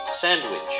Sandwich